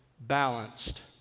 balanced